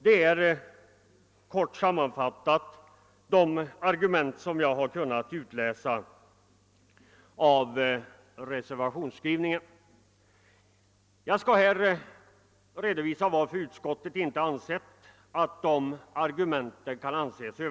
Detta var, kort sammanfattat, de argument som jag har kunnat utläsa av reservationens skrivning. Jag skall i det följande redovisa skälen till att utskottet inte ansett att dessa argument kan anses övertygande.